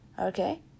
okay